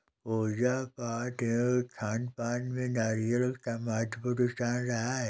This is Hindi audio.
पूजा पाठ एवं खानपान में नारियल का महत्वपूर्ण स्थान रहा है